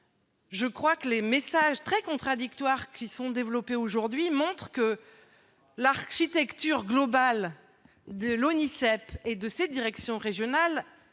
inquiets. Les messages très contradictoires qui sont envoyés aujourd'hui montrent que l'architecture globale de l'ONISEP et de ses délégations régionales